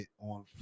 on